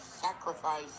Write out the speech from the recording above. sacrifice